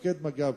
מפקד מג"ב,